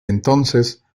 entonces